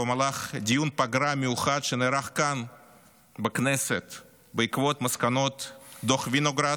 במהלך דיון פגרה מיוחד שנערך כאן בכנסת בעקבות מסקנות דוח וינוגרד,